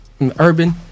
Urban